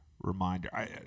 reminder